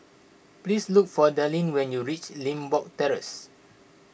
please look for Darlene when you reach Limbok Terrace